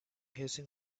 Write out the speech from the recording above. hissing